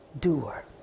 doer